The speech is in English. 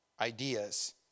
ideas